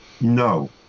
No